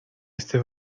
este